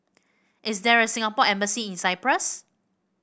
is there a Singapore Embassy in Cyprus